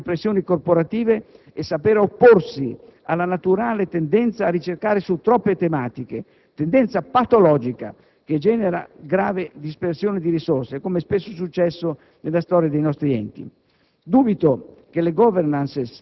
per saper resistere alle inevitabili pressioni corporative e sapere opporsi alla naturale tendenza a ricercare su troppe tematiche, tendenza patologica che genera grave dispersione di risorse (come è spesso successo nella storia dei nostri enti).